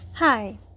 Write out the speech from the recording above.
Hi